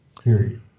Period